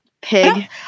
Pig